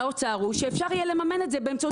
האוצר הוא שאפשר יהיה לממן את זה באמצעות